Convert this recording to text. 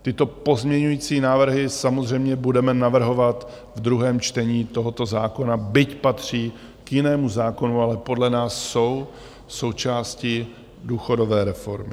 Tyto pozměňující návrhy samozřejmě budeme navrhovat v druhém čtení tohoto zákona, byť patří k jinému zákonu, ale podle nás jsou součástí důchodové reformy.